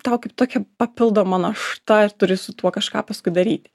tau kaip tokia papildoma našta ir turi su tuo kažką paskui daryt